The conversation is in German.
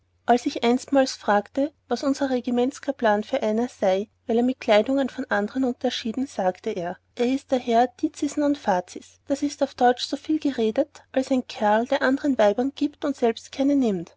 als ich einsmals fragte was unser regimentskaplan vor einer sei weil er mit kleidungen von andern unterschieden sagte er er ist der herr dicis et non facis das ist auf teutsch soviel geredt als ein kerl der andern leuten weiber gibet und selbst keine nimmt